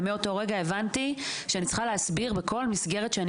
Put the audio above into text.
ומאותו רגע הבנתי שאני צריכה להסביר בכל מסגרת שאני